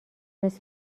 مثل